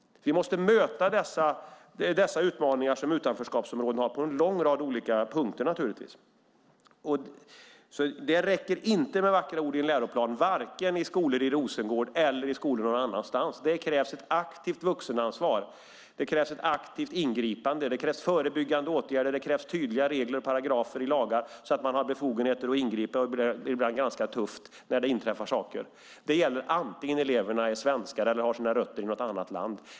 Vi måste naturligtvis möta de utmaningar som utanförskapsområdena har på en lång rad olika punkter. Det räcker inte med vackra ord i en läroplan vare sig i skolor i Rosengård eller i skolor någon annanstans. Det krävs ett aktivt vuxenansvar och ett aktivt ingripande. Det krävs förebyggande åtgärder och tydliga regler och paragrafer i lagar så att man har befogenheter att ingripa, ibland ganska tufft, när det inträffar saker. Det gäller oavsett om eleverna är svenskar eller har sina rötter i något annat land.